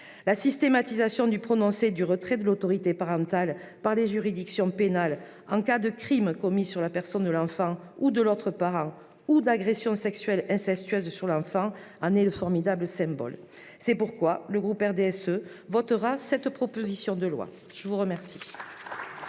La systématisation du prononcé du retrait de l'autorité parentale par les juridictions pénales en cas de crime commis sur la personne de l'enfant ou de l'autre parent ou d'agression sexuelle incestueuse sur l'enfant en est le formidable symbole. C'est pourquoi le groupe RDSE votera cette proposition de loi. La parole